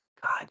God